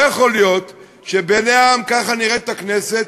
לא יכול להיות שבעיני העם ככה נראית הכנסת,